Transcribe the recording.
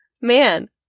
Man